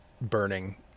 burning